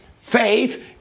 Faith